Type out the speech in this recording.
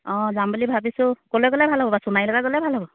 অঁ যাম বুলি ভাবিছোঁ ক'লৈ গ'লে ভাল হ'ব সোণাৰীলে গ'লে ভাল হ'ব